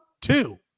two